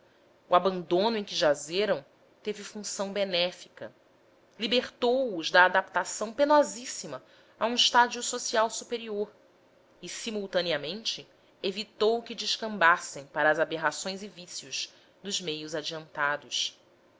o abandono em que jazeram teve função benéfica libertou os da adaptação penosíssima a um estádio social superior e simultaneamente evitou que descambassem para as aberrações e vícios os meios adiantados